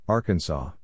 Arkansas